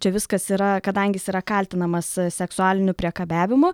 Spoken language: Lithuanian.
čia viskas yra kadangi jis yra kaltinamas seksualiniu priekabiavimu